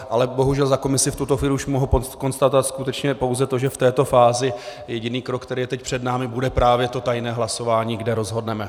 Ale bohužel za komisi v tuto chvíli už můžu konstatovat skutečně pouze to, že v této fázi jediný krok, který je teď před námi, bude právě to tajné hlasování, kde rozhodneme.